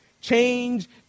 change